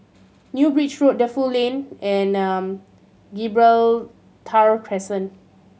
New Bridge Road Defu Lane and Gibraltar Crescent